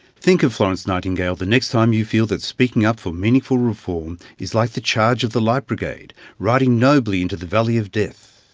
think of florence nightingale the next time you feel that speaking up for meaningful reform is like the charge of the light brigade riding nobly into the valley of death.